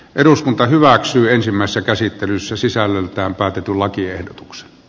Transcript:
eduskunta hyväksyy ensimmäisessä käsittelyssä sisällöltään päätetyn lakiehdotuksen